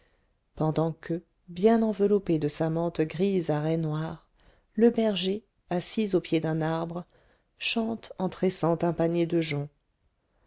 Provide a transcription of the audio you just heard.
pendant que bien enveloppé de sa mante grise à raies noires le berger assis au pied d'un arbre chante en tressant un panier de joncs